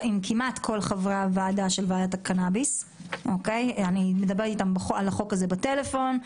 עם חברי הוועדה של ועדת הקנאביס על החוק הזה בטלפון.